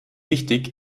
wichtig